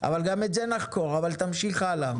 אז גם את זה נחקור, אבל תמשיך הלאה.